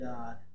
God